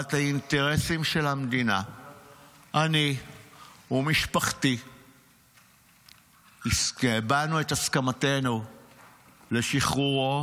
תמורת האינטרסים של המדינה אני ומשפחתי הבענו את הסכמתנו לשחרורו